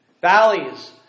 valleys